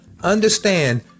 Understand